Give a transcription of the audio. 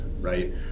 Right